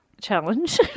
challenge